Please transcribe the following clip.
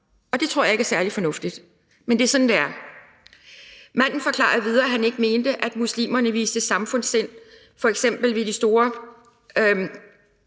Og det tror jeg ikke er særlig fornuftigt, men det er sådan, det er. Manden forklarede videre, at han ikke mente, at muslimerne viste samfundssind f.eks. ved de store